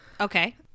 Okay